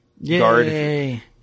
yay